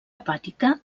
hepàtica